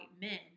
men